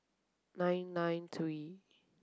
nine nine three